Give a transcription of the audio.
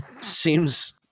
seems